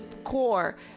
core